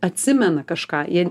atsimena kažką jie